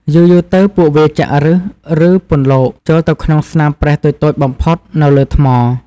យូរៗទៅ ពួកវាចាក់ឬស ឬពន្លកចូលទៅក្នុងស្នាមប្រេះតូចៗបំផុតនៅលើថ្ម។